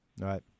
Right